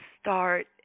start